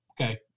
Okay